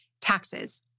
taxes